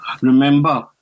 remember